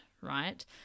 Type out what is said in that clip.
right